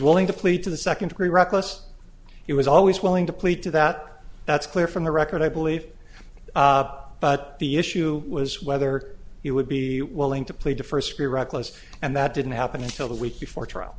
willing to plead to the second degree reckless he was always willing to plead to that that's clear from the record i believe but the issue was whether he would be willing to plead to first be reckless and that didn't happen until a week before trial